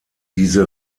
diese